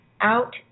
out